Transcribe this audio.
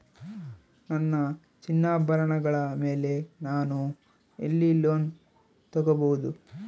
ನನ್ನ ಚಿನ್ನಾಭರಣಗಳ ಮೇಲೆ ನಾನು ಎಲ್ಲಿ ಲೋನ್ ತೊಗೊಬಹುದು?